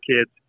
kids